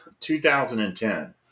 2010